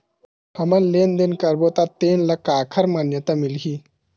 हमन लेन देन करबो त तेन ल काखर मान्यता मिलही?